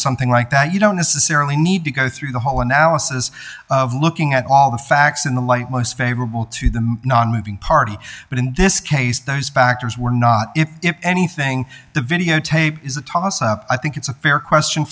something like that you don't necessarily need to go through the whole analysis of looking at all the facts in the light most favorable to the nonmoving party but in this case those factors were not if anything the videotape is a toss up i think it's a fair question